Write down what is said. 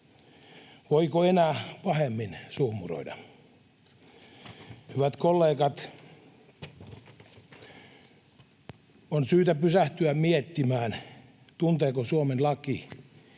Voiko enää pahemmin suhmuroida? Hyvät kollegat, on syytä pysähtyä miettimään, tunteeko Suomen laki